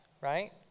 right